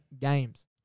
games